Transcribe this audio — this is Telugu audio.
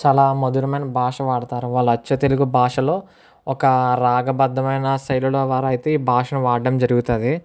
చాలా మధురమైన భాష వాడతారు వాళ్ళు అచ్చ తెలుగు భాషలో ఒక రాగ బద్దమైన శైలుల ద్వారా అయితే ఈ భాష వాడడం జరుగుతుంది